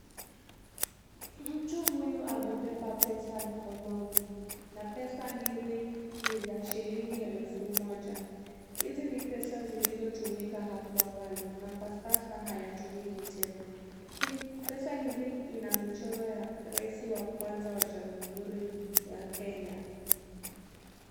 Mtu huyu amebeba pesa mkononi na pesa hizi ni za shilingi elfu moja. Hizi ni pesa zilizotumika hapo awali na Kwa sasa hayatumiki tena. Pesa hizi ina michoro ya rais wa kwanza ya jamhuri ya Kenya.